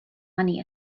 money